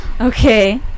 Okay